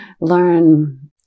learn